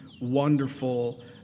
wonderful